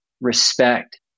respect